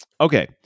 Okay